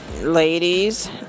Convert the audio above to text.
ladies